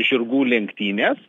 žirgų lenktynės